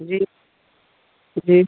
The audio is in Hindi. जी जी